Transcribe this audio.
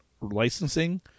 licensing